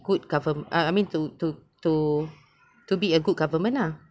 good govern~ I mean to to to to be a good government lah